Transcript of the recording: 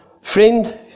Friend